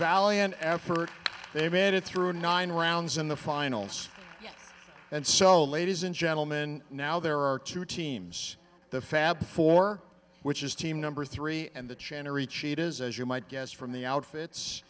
valiant effort they made it through nine rounds in the finals and so ladies and gentlemen now there are two teams the fab four which is team number three and the cherry cheat is as you might guess from the outfits